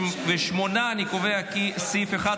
38. אני קובע כי סעיף 1,